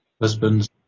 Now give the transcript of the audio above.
husbands